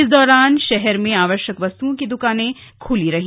इस दौरान शहर में आवश्यक वस्तुओं की दुकाने खुली रहीं